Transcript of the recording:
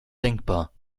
denkbar